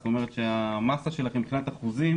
זאת אומרת שהמאסה שלכם מבחינת אחוזים